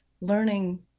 learning